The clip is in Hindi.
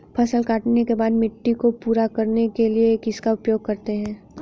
फसल काटने के बाद मिट्टी को पूरा करने के लिए किसका उपयोग करते हैं?